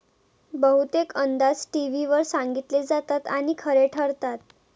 बहुतेक अंदाज टीव्हीवर सांगितले जातात आणि खरे ठरतात